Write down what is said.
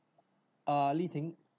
err li ting